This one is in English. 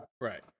right